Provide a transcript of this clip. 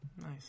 Nice